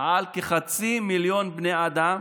על כחצי מיליון בני אדם